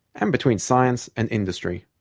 and between science and industry.